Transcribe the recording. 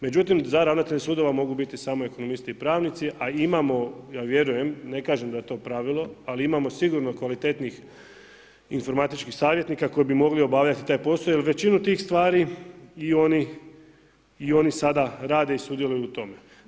Međutim, za ravnatelja sudova mogu biti samo ekonomisti i pravnici, a imamo, ja vjerujem, ne kažem da je to pravilo, ali imamo sigurno kvalitetnih informatičkih savjetnika koji bi mogli obavljati taj posao, jer većinu tih stvari i oni sada rade i sudjeluju u tome.